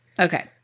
Okay